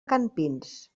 campins